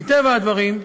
מטבע הדברים,